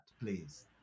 please